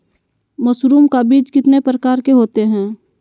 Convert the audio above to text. Mushroom का बीज कितने प्रकार के होते है?